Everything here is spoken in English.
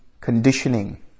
conditioning